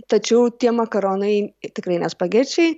tačiau tie makaronai tikrai ne spagečiai